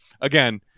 again